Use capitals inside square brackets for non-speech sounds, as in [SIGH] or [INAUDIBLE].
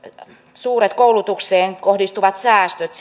suuret koulutukseen kohdistuvat säästöt [UNINTELLIGIBLE]